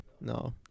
No